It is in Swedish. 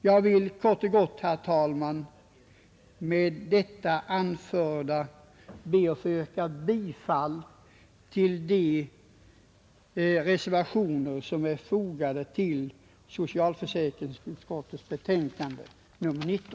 Jag vill kort och gott med det anförda yrka bifall till de reservationer som är fogade till socialförsäkringsutskottets betänkande nr 10.